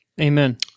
Amen